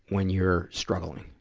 when you're struggling?